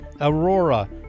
Aurora